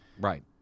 Right